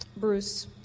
Bruce